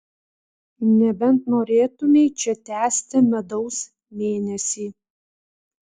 nebent norėtumei čia tęsti medaus mėnesį